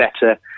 better